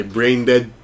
Braindead